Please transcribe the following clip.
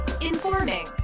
Informing